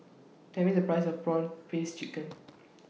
Tell Me The Price of Prawn Paste Chicken